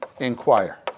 inquire